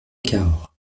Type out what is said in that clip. cahors